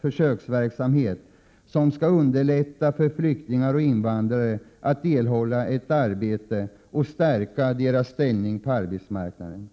försöksverksamhet som skall underlätta för flyktingar och invandrare att erhålla ett arbete och stärka deras ställning på arbetsmarknaden.